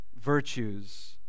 virtues